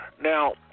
Now